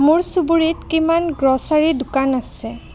মোৰ চুবুৰীত কিমান গ্ৰ'চাৰী দোকান আছে